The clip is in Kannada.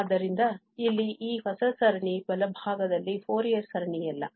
ಆದ್ದರಿಂದ ಇಲ್ಲಿ ಈ ಹೊಸ ಸರಣಿ ಬಲಭಾಗದಲ್ಲಿ ಫೋರಿಯರ್ ಸರಣಿಯಲ್ಲ